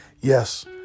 yes